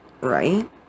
right